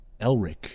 Elric